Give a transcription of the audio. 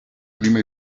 prima